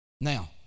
Now